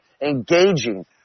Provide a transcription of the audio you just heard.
engaging